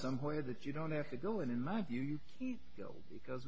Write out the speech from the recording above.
somewhere that you don't have to go and in my view because